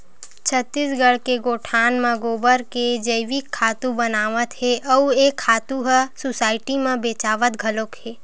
छत्तीसगढ़ के गोठान म गोबर के जइविक खातू बनावत हे अउ ए खातू ह सुसायटी म बेचावत घलोक हे